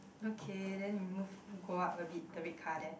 okay then you move go up a bit the red car there